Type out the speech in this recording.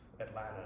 atlanta